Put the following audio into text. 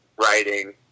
writing